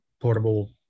portable